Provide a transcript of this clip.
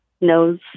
knows